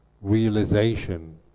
realization